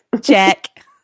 Check